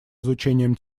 изучением